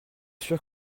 sûr